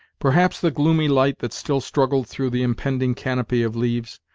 perhaps the gloomy light that still struggled through the impending canopy of leaves,